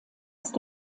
ist